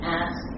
ask